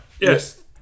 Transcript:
yes